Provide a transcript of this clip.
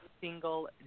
single